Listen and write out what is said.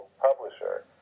publisher